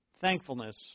thankfulness